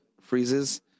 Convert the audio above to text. freezes